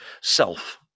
self